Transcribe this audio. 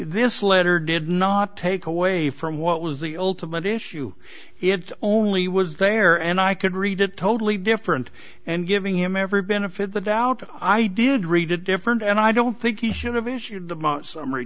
this letter did not take away from what was the ultimate issue it only was there and i could read it totally different and giving him every benefit of the doubt i did read it different and i don't think he should have issued the month summary